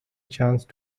chance